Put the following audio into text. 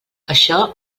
això